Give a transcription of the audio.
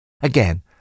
Again